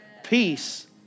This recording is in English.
peace